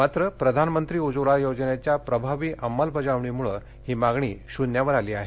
मात्र प्रधानमंत्री उज्वला योजनेच्या प्रभावी अंमलबजावणीमुळे ही मागणी शून्यावर आली आहे